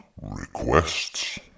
Requests